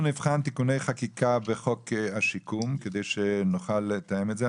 אנחנו נבחן תיקוני חקיקה בחוק השיקום כדי שנוכל לתאם את זה.